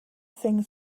things